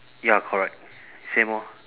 ya correct same orh